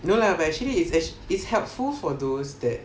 no lah but actually is is is helpful for those that